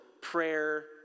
prayer